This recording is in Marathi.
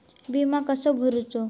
विमा कसो भरूचो?